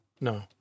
No